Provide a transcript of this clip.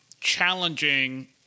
challenging